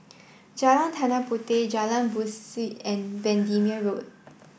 Jalan Tanah Puteh Jalan Besut and Bendemeer Road